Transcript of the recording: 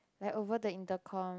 like over the intercom